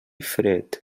fred